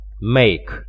make